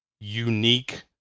unique